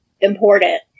important